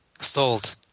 Sold